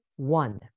one